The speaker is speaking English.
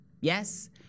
Yes